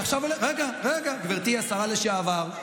רגע, רגע, גברתי השרה לשעבר.